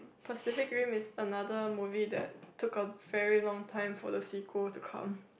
Pacific Rim is another movie that took a very long time for the sequel to come